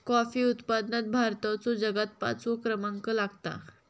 coffee उत्पादनात भारताचो जगात पाचवो क्रमांक लागता